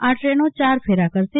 આ દ્રેનો ચાર ફેરા કરશે